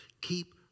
Keep